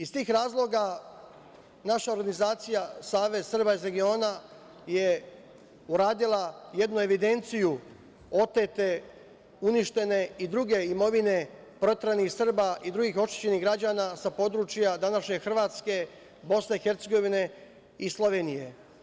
Iz tih razloga, naša organizacija Savez Srba iz regiona je uradila jednu evidenciju otete, uništene i druge imovine proteranih Srba i drugih očišćenih građana sa područja današnje Hrvatske, BiH i Slovenije.